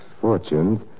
fortunes